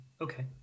Okay